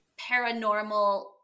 paranormal